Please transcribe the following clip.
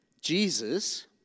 Jesus